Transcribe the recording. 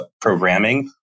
programming